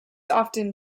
often